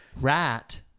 Rat